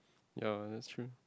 ya that's true